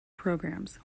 programs